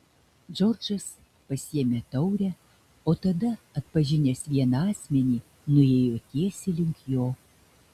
džordžas pasiėmė taurę o tada atpažinęs vieną asmenį nuėjo tiesiai link jo